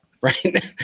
right